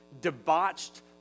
debauched